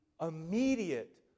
immediate